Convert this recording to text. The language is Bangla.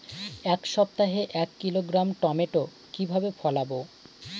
এক সপ্তাহে এক কিলোগ্রাম টমেটো কিভাবে ফলাবো?